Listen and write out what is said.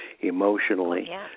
emotionally